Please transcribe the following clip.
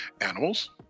animals